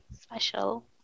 special